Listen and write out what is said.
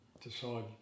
decide